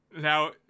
Now